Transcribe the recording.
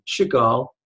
Chagall